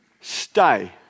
stay